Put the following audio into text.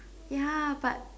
ya but